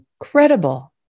incredible